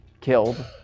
killed